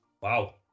Wow